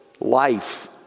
life